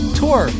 tour